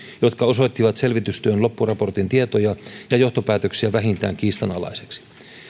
jotka osoittivat selvitystyön loppuraportin tietoja ja johtopäätöksiä vähintään kiis tanalaisiksi